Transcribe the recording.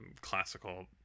classical